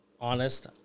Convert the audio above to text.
honest